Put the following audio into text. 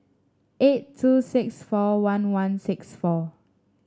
eight two six four one one six four